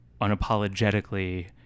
unapologetically